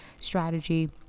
strategy